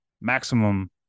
maximum